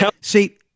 See